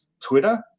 Twitter